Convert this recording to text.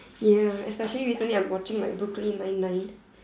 ya especially recently I'm watching like Brooklyn nine nine